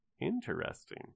Interesting